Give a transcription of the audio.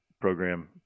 program